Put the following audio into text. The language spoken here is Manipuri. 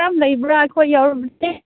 ꯀꯔꯝ ꯂꯩꯕ꯭ꯔꯥ ꯑꯩꯈꯣꯏ ꯌꯥꯎꯔꯕꯗꯤ